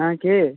হ্যাঁ কে